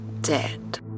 dead